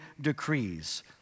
decrees